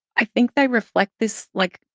i think they reflect this, like,